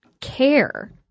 care